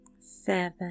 seven